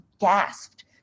gasped